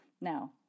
Now